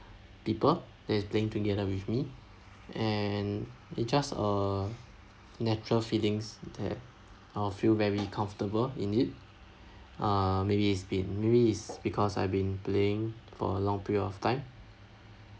people that is playing together with me and it just a natural feelings that I'll feel very comfortable in it uh maybe it's been maybe is because I've been playing for a long period of time